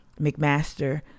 McMaster